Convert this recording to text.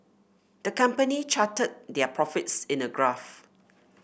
the company charted their profits in a graph